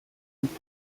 and